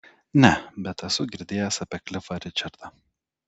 ne bet esu girdėjęs apie klifą ričardą